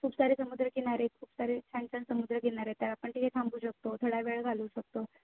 खूप सारे समुद्रकिनारे खूप सारे छान छान समुद्रकिनारे आहे तर आपण तिथे थांबू शकतो थोडा वेळ घालवू शकतो